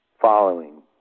following